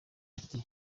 ati